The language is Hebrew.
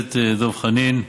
הכנסת דב חנין,